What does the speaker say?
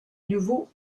nouveau